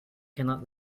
cannot